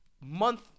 month